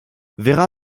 vera